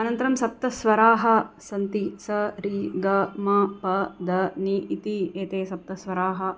अनन्तरं सप्तस्वराः सन्ति सा रे ग म प ध नि इति एते सप्तस्वराः